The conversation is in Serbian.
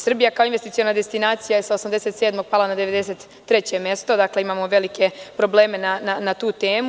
Srbija kao investiciona destinacija je sa 87 je pala na 93 mesto, dakle imamo velike probleme na tu temu.